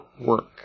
work